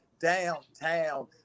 downtown